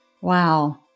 Wow